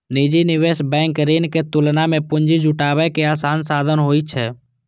निजी निवेश बैंक ऋण के तुलना मे पूंजी जुटाबै के आसान साधन होइ छै